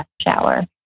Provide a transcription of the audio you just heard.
shower